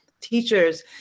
teachers